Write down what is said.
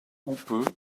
houppeux